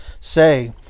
say